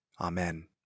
amen